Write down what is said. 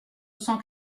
cent